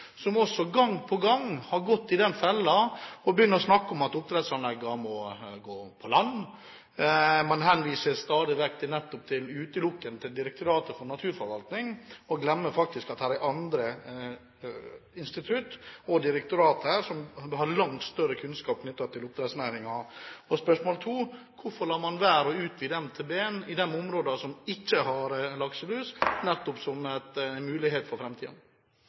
som også gang på gang har gått i den fellen å begynne å snakke om at oppdrettsanleggene må gå på land? Man henviser stadig vekk utelukkende til Direktoratet for naturforvaltning og glemmer at det er andre institutt og direktorat som har langt større kunnskap om oppdrettsnæringen. Spørsmål to: Hvorfor lar man være å utvide MTB i de områdene som ikke har lakselus, nettopp som en mulighet for